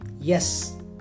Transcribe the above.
yes